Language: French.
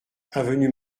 avenue